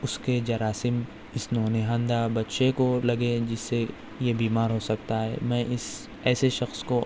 اُس کے جراثیم اِس نونہندہ بچے کو لگے جس سے یہ بیمار ہو سکتا ہے میں اِس ایسے شخص کو